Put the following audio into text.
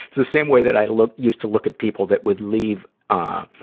it's the same way that i look, used to look at people that would leave, ah, ah,